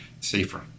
safer